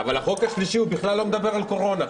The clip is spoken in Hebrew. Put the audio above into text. אבל החוק השלישי בכלל לא מדבר על קורונה.